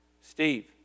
Steve